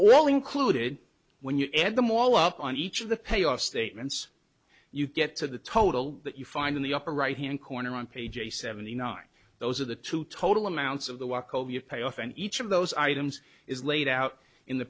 all included when you add them all up on each of the pay off statements you get to the total that you find in the upper right hand corner on page eighty seventy nine those are the two total amounts of the walkover you pay off and each of those items is laid out in the